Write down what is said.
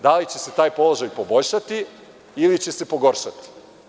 Da li će se taj položaj poboljšati ili će se pogoršati?